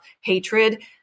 hatred